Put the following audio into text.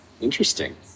Interesting